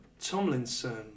Tomlinson